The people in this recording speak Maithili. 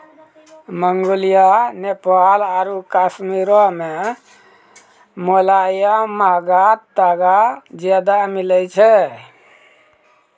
मंगोलिया, नेपाल आरु कश्मीरो मे मोलायम महंगा तागा ज्यादा मिलै छै